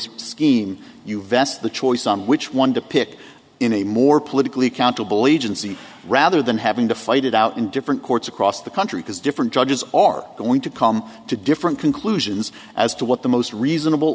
scheme you vest the choice on which one to pick in a more politically accountable agency rather than having to fight it out in different courts across the country because different judges are going to come to different conclusions as to what the most reasonable